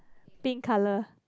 pink color